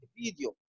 video